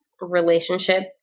relationship